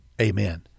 Amen